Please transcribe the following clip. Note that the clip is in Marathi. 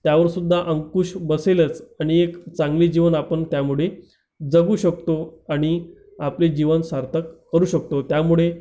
त्यावरसुद्धा अंकुश बसेलच आणि एक चांगले जीवन आपण त्यामुळे जगू शकतो आणि आपले जीवन सार्थक करू शकतो त्यामुळे